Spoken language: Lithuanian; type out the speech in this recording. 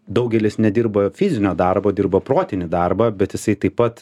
daugelis nedirba fizinio darbo dirba protinį darbą bet jisai taip pat